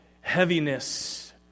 heaviness